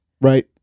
Right